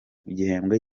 gihembwe